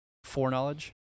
foreknowledge